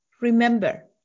remember